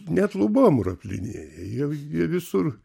net lubom roplinėje jie jie visur